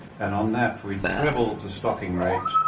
and on that, we trebled the stocking rate,